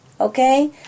Okay